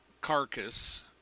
carcass